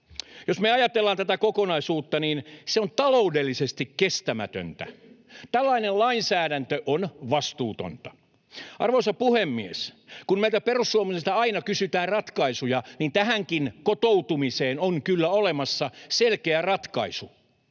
Jos me ajatellaan tätä kokonaisuutta, niin se on taloudellisesti kestämätöntä. Tällainen lainsäädäntö on vastuutonta. Arvoisa puhemies! Kun meiltä perussuomalaisilta aina kysytään ratkaisuja, niin tähänkin, kotoutumiseen, on kyllä olemassa selkeä ratkaisu: